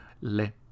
Les